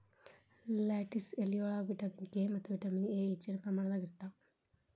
lettuce ಎಲಿಯೊಳಗ vitamin K ಮತ್ತ vitamin A ಹೆಚ್ಚಿನ ಪ್ರಮಾಣದಾಗ ಇರ್ತಾವ